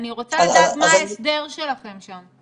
אני רוצה לדעת מה ההסדר שלכם שם.